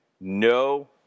No